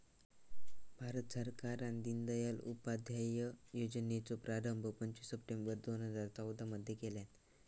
भारत सरकारान दिनदयाल उपाध्याय योजनेचो प्रारंभ पंचवीस सप्टेंबर दोन हजार चौदा मध्ये केल्यानी